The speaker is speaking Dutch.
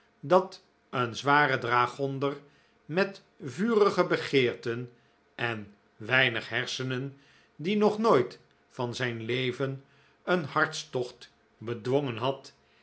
dat een zware dragonder met vurige begeerten en weinig hersenen die nog nooit van zijn leven een hartstocht bedwongen had